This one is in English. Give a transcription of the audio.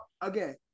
Again